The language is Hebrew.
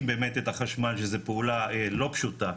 באמת את החשמל שזה פעולה לא פשוטה,